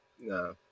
no